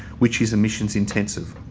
which is emissions intensive.